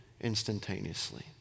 instantaneously